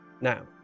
now